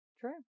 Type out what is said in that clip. True